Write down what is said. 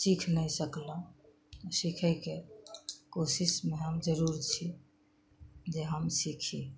सीख नहि सकलहुॅं सीखै के कोशिश मे हम जरूर छी जे हम सीखी